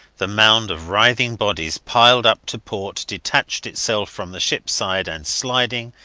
the mound of writhing bodies piled up to port detached itself from the ships side and sliding,